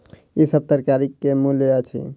ई सभ तरकारी के की मूल्य अछि?